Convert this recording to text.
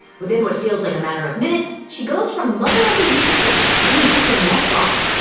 within what feels like a matter of minutes, she goes from mother of the year to scrounging for meth rocks.